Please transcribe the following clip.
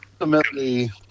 ultimately